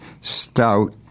stout